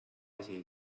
isegi